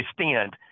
stand